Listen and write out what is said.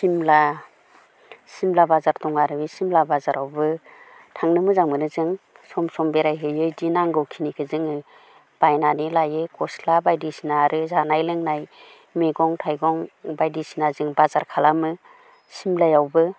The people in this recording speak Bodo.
सिमला सिमला बाजार दं आरो सिमला बाजारावबो थांनो मोजां मोनो जों सम सम बेरायहैयो इदि नांगौ खिनिखो जोङो बायनानै लायो गस्ला बायदिसिना आरो जानाय लोंनाय मैगं थाइगं बायदिसिना जों बाजार खालामो सिमलायावबो